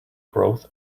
growth